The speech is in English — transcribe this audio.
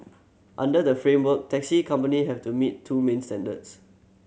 under the framework taxi company have to meet two main standards